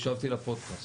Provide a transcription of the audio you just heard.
הקשבתי לפודקאסט.